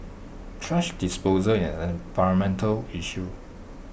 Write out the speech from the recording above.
thrash disposal is an environmental issue